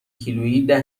کیلوییده